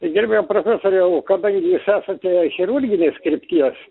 gerbiamas profesoriau kadangi jūs esate chirurginės krypties